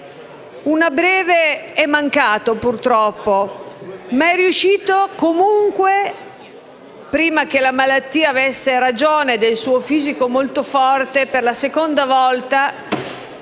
ha precorso i tempi. Purtroppo è mancato; comunque, prima che la malattia avesse ragione del suo fisico molto forte per la seconda volta